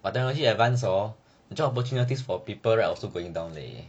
but technology advanced hor the job opportunities for people also going down leh